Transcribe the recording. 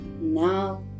now